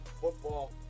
football